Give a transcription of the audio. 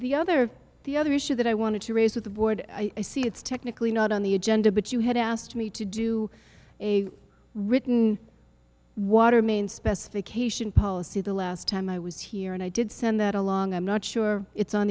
the other the other issue that i wanted to raise with the board i see it's technically not on the agenda but you had asked me to do a written water main specification policy the last time i was here and i did send that along i'm not sure it's on